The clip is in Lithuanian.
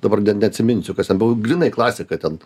dabar neatsiminsiu kas ten buvo grynai klasika ten